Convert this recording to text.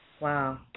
Wow